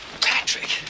Patrick